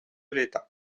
l’état